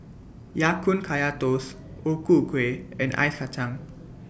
Ya Kun Kaya Toast O Ku Kueh and Ice Kachang